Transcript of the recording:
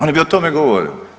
Oni bi o tome govorili.